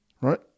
right